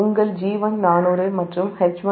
உங்கள் G1400 மற்றும் H1 4